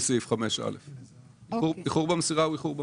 סעיף 5א'. איחור במסירה הוא איחור במסירה.